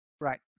Right